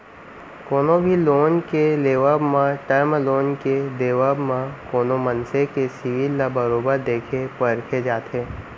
कोनो भी लोन के देवब म, टर्म लोन के देवब म कोनो मनसे के सिविल ल बरोबर देखे परखे जाथे